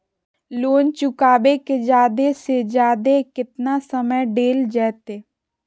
Loan चुकाबे के जादे से जादे केतना समय डेल जयते?